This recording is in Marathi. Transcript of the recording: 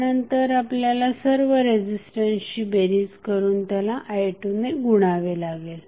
त्यानंतर आपल्याला सर्व रेझिस्टन्सची बेरीज करून त्याला i2ने गुणावे लागेल